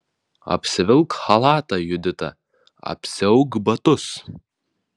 apsivilk chalatą judita apsiauk batus